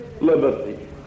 liberty